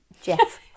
Jeff